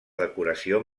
decoració